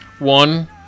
One